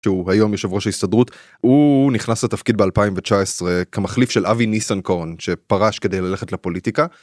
שהוא היום יושב ראש ההסתדרות. הוא נכנס לתפקיד ב-2019, כמחליף של אבי ניסנקורן שפרש כדי ללכת לפוליטיקה.